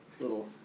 little